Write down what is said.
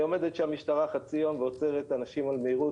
עובדת שם משטרה חצי יום ועוצרת אנשים על מהירות,